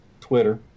Twitter